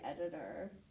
editor